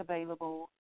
available